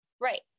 Right